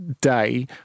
day